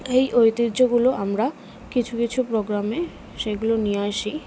এই ঐতিহ্যগুলো আমরা কিছু কিছু প্রোগ্রামে সেইগুলো নিয়ে আসি